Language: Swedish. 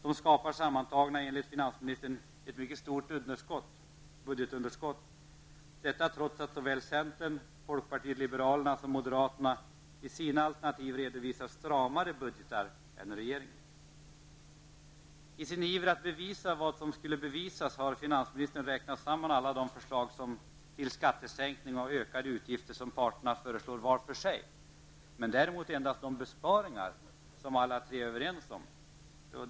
Enligt finansministern skapar dessa budgetalternativ sammantaget ett mycket stort budgetunderskott -- detta trots att såväl centern, folkpartiet liberalerna som moderaterna i sina alternativ redovisar stramare budgetar än regeringen. I sin iver att bevisa vad som skulle bevisas har finansministern räknat samman alla de förslag till skattesänkning och ökade utgifter som partierna föreslår var för sig, men däremot endast de besparingar som alla tre är överens om.